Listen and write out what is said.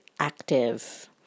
Active